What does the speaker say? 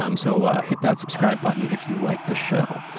um so ah hit that subscribe button if you like the show.